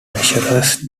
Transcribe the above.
measures